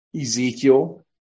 Ezekiel